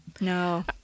No